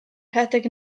rhedeg